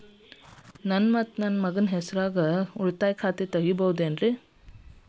ನಾನು ಮತ್ತು ನನ್ನ ಮಗನ ಹೆಸರಲ್ಲೇ ಉಳಿತಾಯ ಖಾತ ತೆಗಿಬಹುದ?